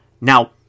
Now